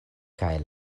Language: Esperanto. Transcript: kaj